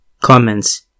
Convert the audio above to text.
Comments